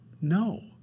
No